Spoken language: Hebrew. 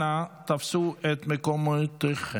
אנא תפסו את מקומותיכם.